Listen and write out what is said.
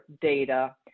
data